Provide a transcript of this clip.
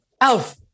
Alf